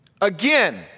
Again